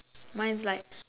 mine is like